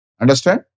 understand